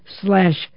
slash